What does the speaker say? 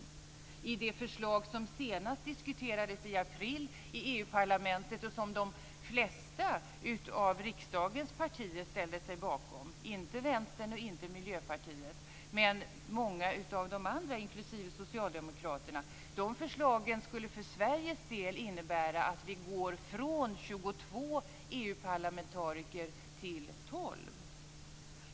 De förslag som senast diskuterades, i april, i EU parlamentet och som de flesta av riksdagens partier ställde sig bakom - inte Vänstern och inte Miljöpartiet men många av de andra partierna, inklusive Socialdemokraterna - skulle för Sveriges del innebära att vi går från 22 EU-parlamentariker till 12.